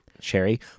Sherry